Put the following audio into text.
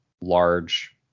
large